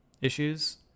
issues